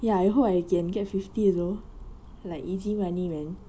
ya I hope I can get fifty though like easy money man